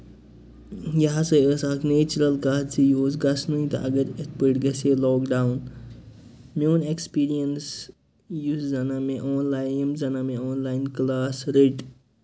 یہِ ہسا ٲسۍ اکھ نیچُرَل کَتھ زِ یہِ اوس گژھنٕے تہٕ اَگر یِتھ پٲٹھۍ گژھِ ہا لاکڈاوُن میون اٮ۪کٕسپِرینٕس یُس زَن مےٚ آن لاین یِم زَن مےٚ آن لاین کٕلاس رٔٹۍ